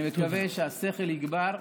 אני מקווה שהשכל יגבר,